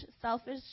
selfish